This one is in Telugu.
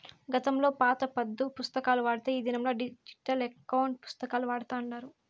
గతంలో పాత పద్దు పుస్తకాలు వాడితే ఈ దినంలా డిజిటల్ ఎకౌంటు పుస్తకాలు వాడతాండారు